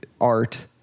art